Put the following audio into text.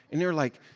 and they're like,